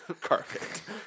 carpet